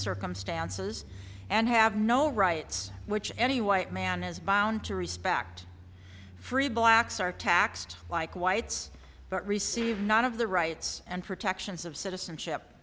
circumstances and have no rights which any white man is bound to respect free blacks are taxed like whites but receive not of the rights and protections of citizenship